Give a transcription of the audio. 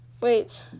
wait